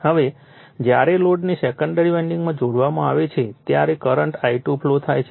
હવે જ્યારે લોડને સેકન્ડરી વાઇન્ડિંગમાં જોડવામાં આવે છે ત્યારે કરંટ I2 ફ્લો થાય છે